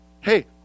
Hey